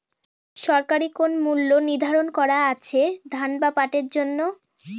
সরকারি কোন মূল্য নিধারন করা আছে ধান বা পাটের জন্য?